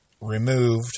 removed